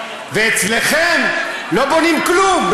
ואצלכם לא בונים כלום,